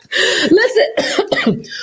Listen